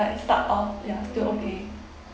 like start off ya still okay